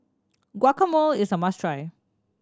guacamole is a must try